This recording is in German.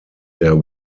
der